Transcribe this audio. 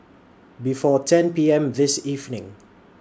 before ten P M This evening